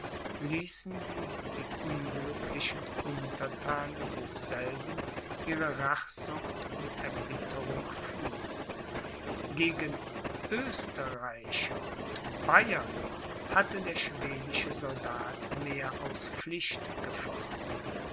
ließen sie die unglücklichen unterthanen desselben ihre rachsucht und erbitterung fühlen gegen oesterreicher und bayern hatte der schwedische soldat mehr aus pflicht gefochten